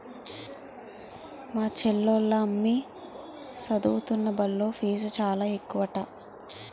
మా చెల్లోల అమ్మి సదువుతున్న బల్లో ఫీజు చాలా ఎక్కువట